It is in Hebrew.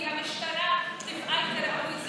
כי המשטרה תפעל כראוי?